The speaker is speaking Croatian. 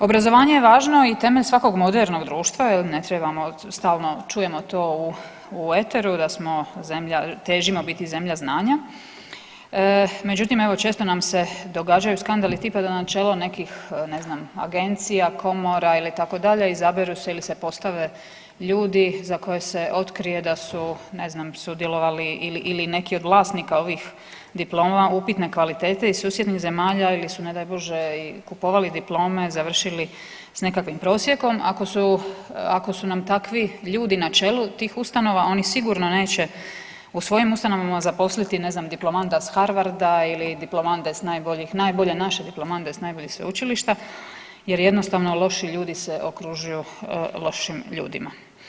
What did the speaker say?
Obrazovanje je važno i temelj svakog modernog društva jel ne trebamo stalno, čujemo to u, u eteru da smo zemlja, težimo biti zemlja znanja, međutim evo često nam se događaju skandali tipa da na čelo nekih ne znam agencija, komora ili tako dalje izaberu se ili se postave ljudi za koje se otkrije da su ne znam sudjelovali ili, ili neki od vlasnika ovih diploma upitne kvalitete iz susjednih zemalja ili su ne daj Bože i kupovali diplome, završili s nekakvim prosjekom, ako su, ako su nam takvi ljudi na čelu tih ustanova oni sigurno neće u svojim ustanovama zaposliti ne znam diplomanta s Harvarda ili diplomante s najboljih, najbolje naše diplomante s najboljih sveučilišta jer jednostavno loši ljudi se okružuju lošim ljudima.